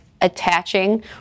attaching